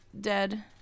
dead